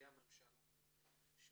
אנחנו